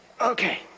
Okay